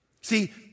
See